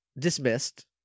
Dismissed